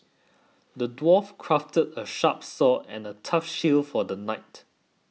the dwarf crafted a sharp sword and a tough shield for the knight